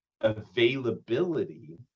availability